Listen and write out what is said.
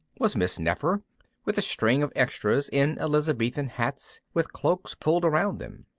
was miss nefer with a string of extras in elizabethan hats with cloaks pulled around them.